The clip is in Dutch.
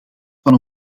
van